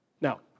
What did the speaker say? Now